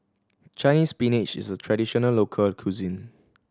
Chinese Spinach is a traditional local cuisine